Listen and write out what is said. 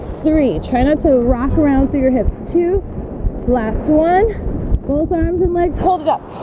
three try not to rock around through your hip to blast one both arms and legs hold it up